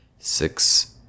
Six